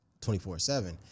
24-7